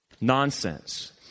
Nonsense